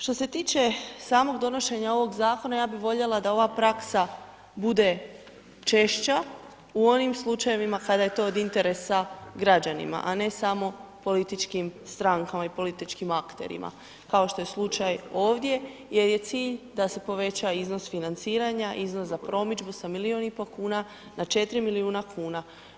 Što se tiče samog donošenja ovog zakona, ja bih voljela da ova praksa češća u onim slučajevima kada je to od interesa građanima a ne samo političkim strankama i političkim akterima kao što je slučaj ovdje jer je cilj da se poveća iznos financiranja, iznos za promidžbu sa milijun i pol kuna na 4 milijuna kuna.